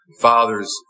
father's